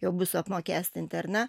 jau bus apmokestinti ar ne